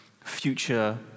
future